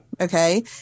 okay